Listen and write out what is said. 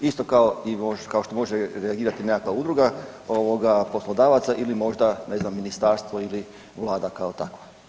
Isto kao i što može reagirati i nekakva udruga ovoga poslodavaca ili možda ne znam ministarstvo ili vlada kao takva.